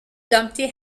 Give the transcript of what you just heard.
dumpty